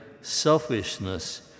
selfishness